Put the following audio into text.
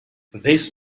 this